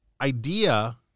idea